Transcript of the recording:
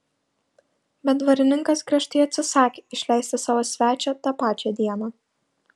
bet dvarininkas griežtai atsisakė išleisti savo svečią tą pačią dieną